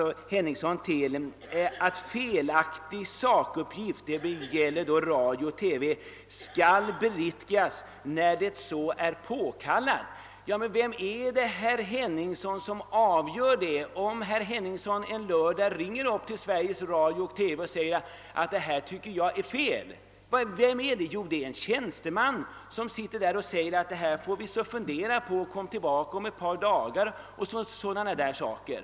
Herr Henningsson hänvisar till att felaktiga sakuppgifter i radio och TV skall beriktigas när så är påkallat. Vem avgör denna sak, herr Henningsson? Om herr Henningsson ringer till Sveriges Radio/TV och påtalar en sak som är felaktig, vem avgör då saken?